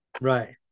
Right